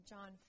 John